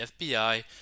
FBI